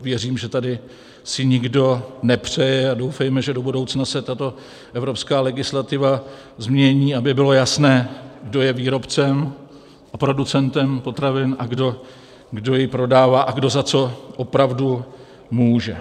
Věřím, že to si tady nikdo nepřeje, a doufejme, že do budoucna se tato evropská legislativa změní, aby bylo jasné, kdo je výrobcem a producentem potravin, kdo je prodává a kdo za co opravdu může.